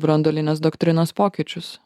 branduolinės doktrinos pokyčius